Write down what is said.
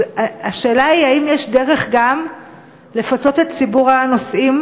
השאלה היא האם יש דרך גם לפצות את ציבור הנוסעים